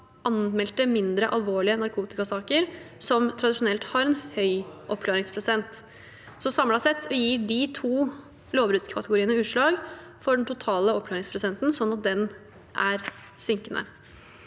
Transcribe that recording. av anmeldte mindre alvorlige narkotikasaker, som tradisjonelt har en høy oppklaringsprosent. Samlet sett gir de to lovbruddskategoriene utslag for den totale oppklaringsprosenten, sånn at den er synkende.